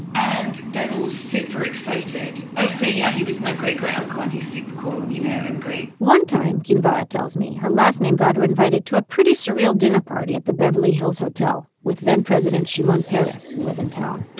and they're all super excited. i say, yeah, he was my great great uncle and he's super cool, you know, and great. one time, kinvara tells me, her last name got her invited to a pretty surreal dinner party at the beverly hills hotel with then president shimon peres, who was in town.